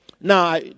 Now